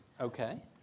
Okay